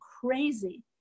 crazy